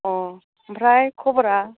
औ आमफ्राइ खबरा